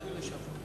לשפוי.